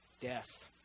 Death